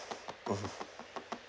hmm